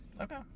Okay